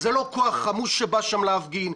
זה לא כוח חמוש שבא שם להפגין,